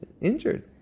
injured